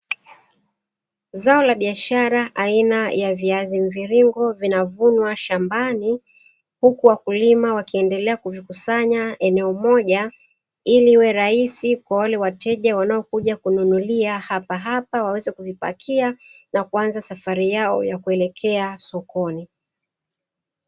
Zao la biashara aina ya viazi mviringo vinavunwa shambani, huku wakulima wakiendelea kuvikusanya eneo moja, ili iwe rahisi kwa wale wateja wanaokuja kununulia hapahapa waweze kuvipakia, na kuanza safari yao ya kuelekea sokoni.